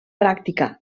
pràctica